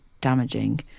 damaging